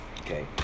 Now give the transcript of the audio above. Okay